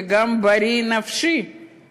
וגם בריא נפשית,